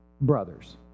brothers